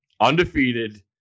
Undefeated